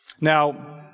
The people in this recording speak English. now